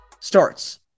starts